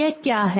यह क्या है